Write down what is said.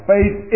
Faith